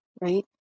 right